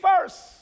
first